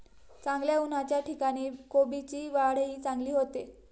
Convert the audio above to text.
चांगल्या उन्हाच्या ठिकाणी कोबीची वाढही चांगली होते